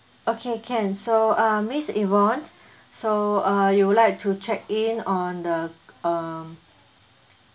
okay can so uh miss yvonne so uh you would like to check in on the um